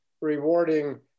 rewarding